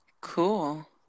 Cool